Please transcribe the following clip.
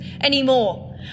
anymore